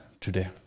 today